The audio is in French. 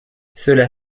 cela